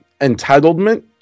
entitlement